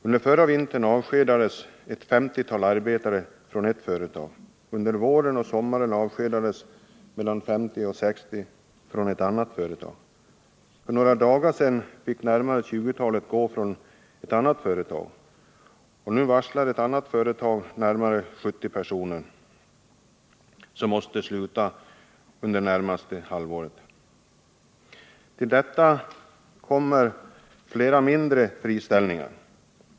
Under förra vintern avskedades ett 50-tal arbetare från ett företag, under våren och sommaren avskedades mellan 50 och 60 från ett annat företag, för några dagar sedan fick nästan 20 gå från ett annat företag, och nu varslar ett företag om avskedande av närmare 70 personer, som måste sluta under det närmaste halvåret. Till detta kommer flera mindre friställningar.